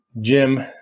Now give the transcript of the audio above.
Jim